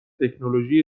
تکنولوژی